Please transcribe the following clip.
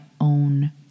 own